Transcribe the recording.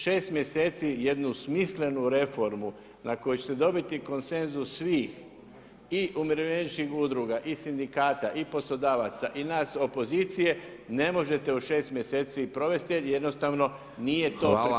6 mjeseci jednu smislenu reformu, na koju ćete dobiti konsenzus svi i umirovljeničkih udruga i sindikata i poslodavaca i nas opozicije ne možete u 6 mjeseci provesti jer jednostavno nije to pripremljeno.